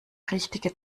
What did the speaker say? richtige